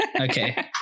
Okay